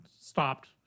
stopped